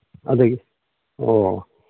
ꯑꯗꯒꯤ ꯑꯣ